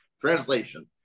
translation